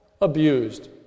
abused